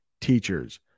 teachers